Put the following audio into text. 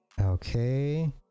Okay